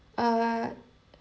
err